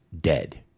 dead